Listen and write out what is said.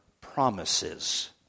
promises